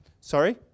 Sorry